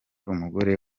umugore